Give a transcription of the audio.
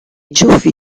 ciuffi